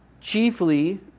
chiefly